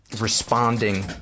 responding